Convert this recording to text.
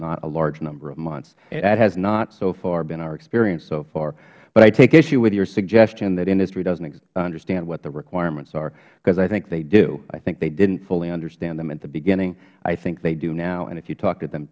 not a large number of months that has not so far been our experience so far but i take issue with your suggestion that industry doesn't understand what the requirements are because i think they do i think they didn't fully understand them at the beginning i think they do now and if you talk to them